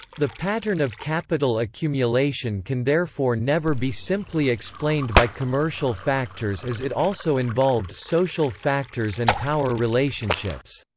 the pattern of capital accumulation can therefore never be simply explained by commercial factors as it also involved social factors and power relationships.